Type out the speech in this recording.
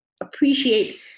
appreciate